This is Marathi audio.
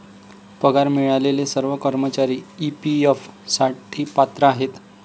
पगार मिळालेले सर्व कर्मचारी ई.पी.एफ साठी पात्र आहेत